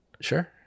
Sure